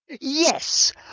Yes